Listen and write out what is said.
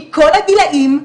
מכל הגילאים,